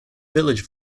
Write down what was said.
village